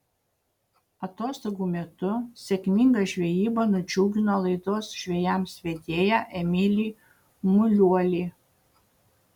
atostogų metu sėkminga žvejyba nudžiugino laidos žvejams vedėją emilį muliuolį